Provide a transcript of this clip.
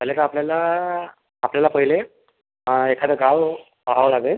पहिले तर आपल्याला आपल्याला पहिले एखादं गाव पहावं लागेल